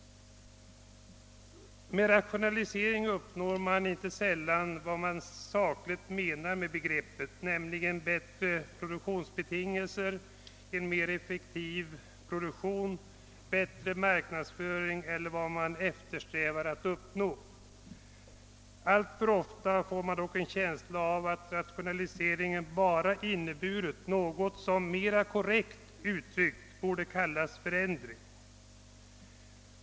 Med rationalisering uppnår man inte sällan vad man sakligt menar med begreppet, nämligen bättre produktionsbetingelser, en mera effektiv produktion, bättre marknadsföring eller vad man eftersträvar att uppnå. Alltför ofta får man dock en känsla av att rationaliseringen bara inneburit något som mera korrekt uttryckt borde kallas förändring.